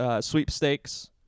sweepstakes